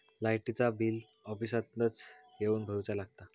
लाईटाचा बिल ऑफिसातच येवन भरुचा लागता?